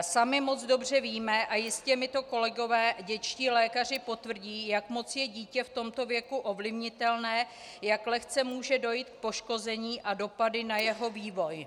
Sami moc dobře víme, a jistě mi to kolegové dětští lékaři potvrdí, jak moc je dítě v tomto věku ovlivnitelné, jak lehce může dojít k poškození a dopadům na jeho vývoj.